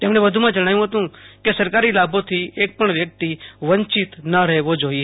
તેમણે વધુમાં જણાવ્યુ હતું કે સરકારી લાભો થી એક પણ વ્યક્તિ વંચિત ન રહેવો જોઈએ